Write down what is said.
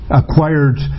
acquired